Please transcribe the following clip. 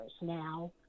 now